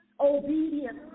obedient